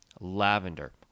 Lavender